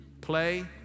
Play